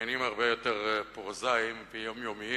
עניינים הרבה יותר פרוזאיים ויומיומיים.